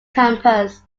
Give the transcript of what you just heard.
campus